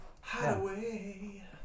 Hideaway